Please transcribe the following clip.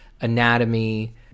anatomy